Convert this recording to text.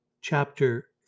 chapter